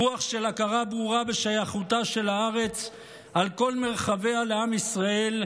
רוח של הכרה ברורה בשייכותה של הארץ על כל מרחביה לעם ישראל,